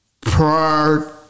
Prior